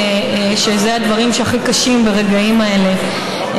אלה הדברים הכי קשים ברגעים האלה,